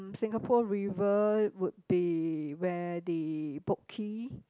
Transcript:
Singapore River would be where the Boat-Quay